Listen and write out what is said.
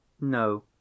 no